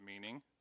meaning